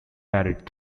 married